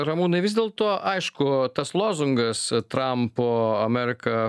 ramūnai vis dėlto aišku tas lozungas trampo amerika